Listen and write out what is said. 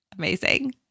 Amazing